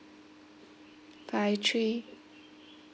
five three